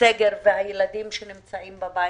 הסגר והילדים שנמצאים בבית.